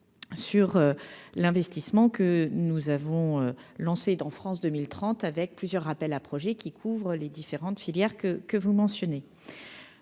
sur l'investissement que nous avons lancé dans France 2030 avec plusieurs appels à projets qui couvre les différentes filières que que vous mentionnez